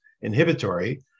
inhibitory